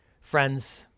Friends